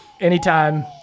anytime